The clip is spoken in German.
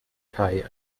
kai